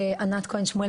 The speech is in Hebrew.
וענת כהן שמואל,